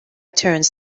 turns